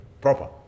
proper